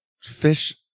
fish